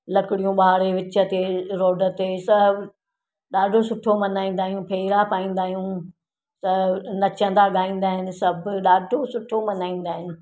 लकड़ियूं बारे विच ते रोड ते सभु ॾाढो सुठो मल्हाईंदा आहियूं फेरा पाईंदा आहियूं त नचंदा ॻाईंदा आहिनि सभु ॾाढो सुठो मल्हाईंदा आहिनि